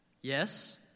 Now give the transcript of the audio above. Yes